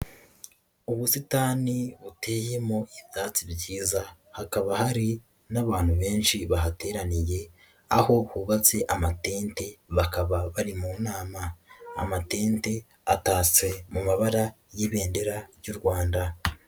Ubusitani buteyemo ibyatsi byiza hakaba hari n'abantu benshi bahateraniye, aho hubatse amatente bakaba bari mu nama, amatente atatse mu mabara y'ibendera ry'u Rwanda.